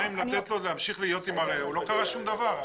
לא קרה שום דבר.